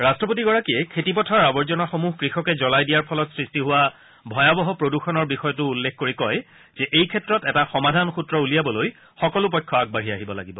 ৰাট্টপতিগৰাকীয়ে খেতি পথাৰৰ আৱৰ্জনাসমূহ কৃষকে জুলাই দিয়াৰ ফলত সৃষ্টি হোৱা ভয়াৱহ প্ৰদূষণৰ বিষয়টো উল্লেখ কৰি কয় যে এই ক্ষেত্ৰত এটা সমাধান সূত্ৰ উলিয়াবলৈ সকলো পক্ষ আগবাঢ়ি আহিব লাগিব